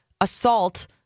assault